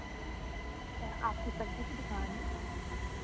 क्या आपकी सब्ज़ी की दुकान है